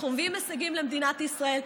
אנחנו מביאים הישגים למדינת ישראל,